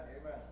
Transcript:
amen